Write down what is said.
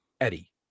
Eddie